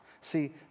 See